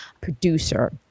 producer